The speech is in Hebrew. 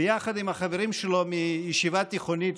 ויחד עם החברים שלו מישיבה תיכונית,